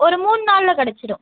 ஒரு மூணு நாளில் கிடச்சிடும்